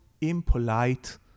impolite